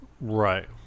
right